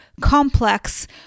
complex